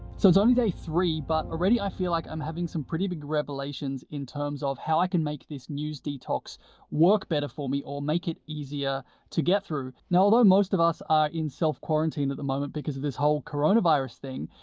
so it's only day three, but already i feel like i'm having some pretty big revelations in terms of how i can make this news detox work better for me, or make it easier to get through. now although most of us are in self-quarantine at the moment because of this whole coronavirus thing,